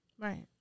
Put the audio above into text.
Right